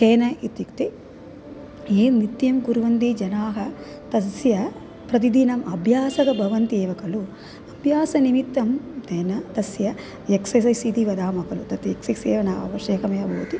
केन इत्युक्ते ये नित्यं कुर्वन्ति जनाः तस्य प्रतिदिनम् अभ्यासः भवन्ति एव खलु अभ्यासनिमित्तं तेन तस्य एक्ससैस् इति वदामः खलु तत् एक्सैस् एव न आवश्यकमेव भवति